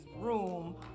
room